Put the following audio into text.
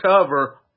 cover